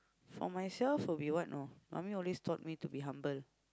for myself will be what you know mummy always taught me to be humble